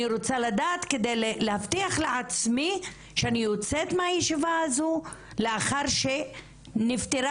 אני רוצה לדעת כדי להבטיח לעצמי שאני יוצאת מהישיבה הזו לאחר שנפתרה